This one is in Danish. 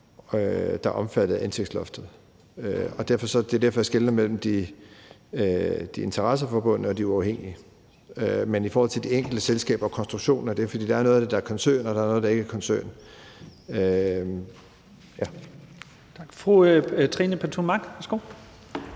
er omfattet af indtægtsloftet. Og det er derfor, jeg skelner mellem de interesseforbundne og de uafhængige. Men i forhold til de enkelte selskaber og konstruktionen af det er der noget af det, der er koncerner, og der er noget, der ikke er koncerner.